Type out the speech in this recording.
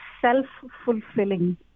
self-fulfilling